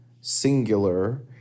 singular